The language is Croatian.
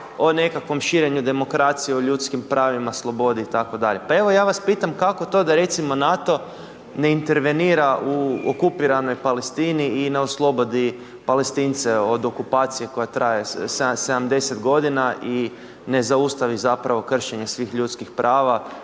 o nekakvom širenju demokracije o ljudskim pravima, slobodi itd.. Pa evo ja vas pitam kako to da recimo NATO ne intervenira u okupiranoj Palestini i ne oslobodi Palestince od okupacije koja traje 70 godina i ne zaustavi zapravo kršenje svih ljudskih prava